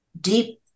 deep